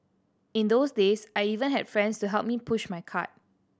in those days I even had friends to help me push my cart